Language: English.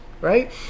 right